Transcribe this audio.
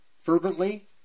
fervently